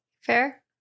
Fair